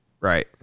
Right